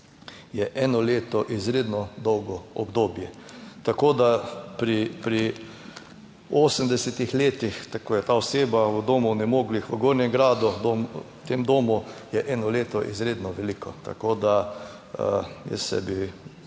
je eno leto izredno dolgo obdobje. Tako, da pri 80 letih, ko je ta oseba v domu onemoglih v Gornjem Gradu, v tem domu je eno leto izredno veliko. Tako, da jaz se bi,